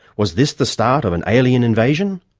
was this the start of an alien invasion?